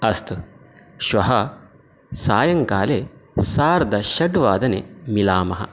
अस्तु श्वः सायङ्काले सार्धषड् वादने मिलामः